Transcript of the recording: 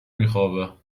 میخوابه